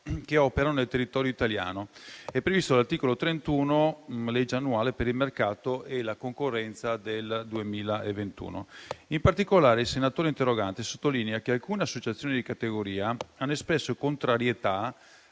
che operano nel territorio italiano, prevista dall'articolo 31 della legge annuale per il mercato e la concorrenza del 2021. In particolare, il senatore interrogante sottolinea che alcune associazioni di categoria hanno espresso contrarietà